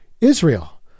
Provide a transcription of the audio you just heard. Israel